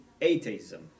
atheism